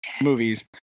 movies